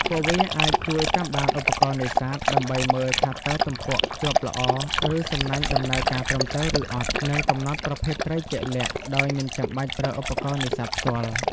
ពួកវាអាចជួយតាមដានឧបករណ៍នេសាទ ដើម្បីមើលថាតើទំពក់ជាប់ល្អ ឬសំណាញ់ដំណើរការត្រឹមត្រូវឬអត់ និងកំណត់ប្រភេទត្រីជាក់លាក់ដោយមិនចាំបាច់ប្រើឧបករណ៍នេសាទផ្ទាល់។